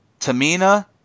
Tamina